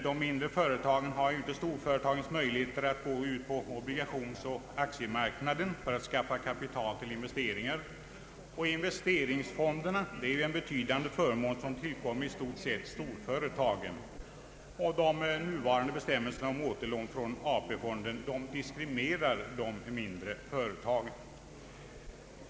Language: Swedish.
De mindre företagen har inte storföretagens möjligheter att gå ut på obligationsoch aktiemarknaden för att skaffa sig kapital till investeringar. Investeringsfonderna är en betydande förmån som tillkommer i stort sett storföretagen. Nuvarande bestämmelser om återlån från AP-fonderna diskriminerar de mindre företagen.